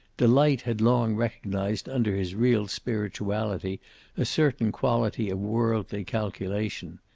delight had long recognized under his real spirituality a certain quality of worldly calculation.